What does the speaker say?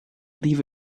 leave